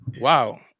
Wow